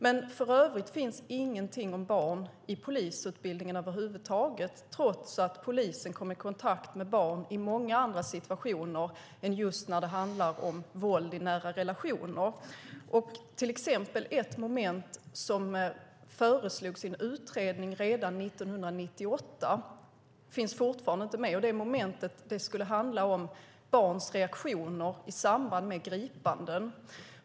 Men för övrigt finns ingenting om barn i polisutbildningen över huvud taget, trots att polisen kommer i kontakt med barn i många andra situationer än just när det handlar om våld i nära relationer. Ett moment som föreslogs i en utredning redan 1998 finns fortfarande inte med. Det momentet skulle handla om barns reaktioner i samband med gripanden.